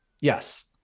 Yes